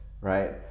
right